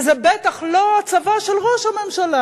וזה בטח לא הצבא של ראש הממשלה,